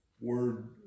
word